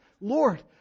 Lord